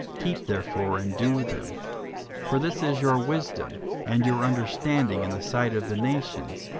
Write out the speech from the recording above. keep therefore and do them for this is your wisdom and your understanding in the sight of the nations,